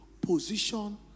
Position